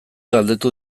galdetu